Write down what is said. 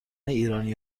ایرانی